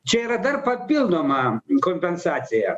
čia yra dar papildoma kompensacija